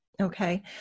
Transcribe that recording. okay